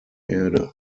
erde